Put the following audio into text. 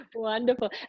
Wonderful